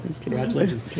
congratulations